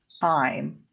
time